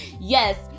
Yes